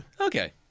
Okay